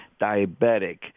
diabetic